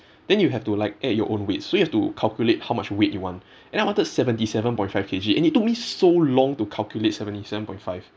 then you have to like add your own weights so you have to calculate how much weight you want then I wanted seventy seven point five K_G and it took me so long to calculate seventy seven point five